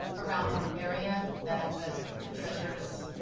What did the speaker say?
around the ah area that that the treasure is